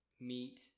meat